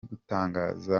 gutangaza